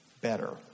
better